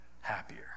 happier